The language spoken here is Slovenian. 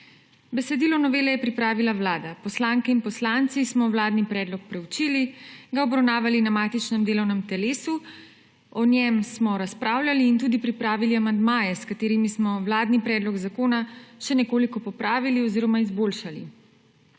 Besedilo novele je pripravila Vlada. Poslanke in poslanci smo vladni predlog proučili, ga obravnavali na matičnem delovnem telesu, o njem smo razpravljali in tudi pripravili amandmaje, s katerimi smo vladni predlog zakona še nekoliko popravili oziroma izboljšali.